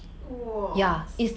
!whoa!